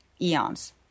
eons